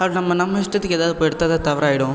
அது நம்ம நம்ம இஷ்டத்துக்கு ஏதாது போய் எடுத்தாக்கா தவறாயிடும்